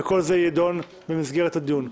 וכל זה יידון במסגרת הדיון.